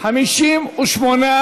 השכל ואמיר אוחנה לסעיף 41 לא נתקבלה.